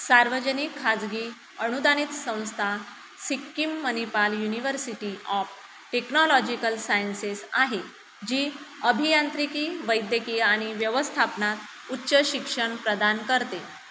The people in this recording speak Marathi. सार्वजनिक खाजगी अनुदानित संस्था Sikkim Manipal university of technological sciences आहे जी अभियांत्रिकी वैद्यकीय आणि व्यवस्थापनात उच्च शिक्षण प्रदान करते